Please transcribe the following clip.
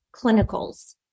clinicals